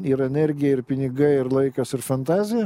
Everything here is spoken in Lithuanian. ir energija ir pinigai ir laikas ir fantazija